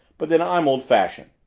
but then i'm old-fashioned.